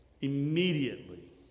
Immediately